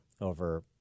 over